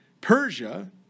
Persia